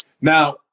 Now